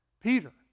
Peter